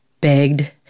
begged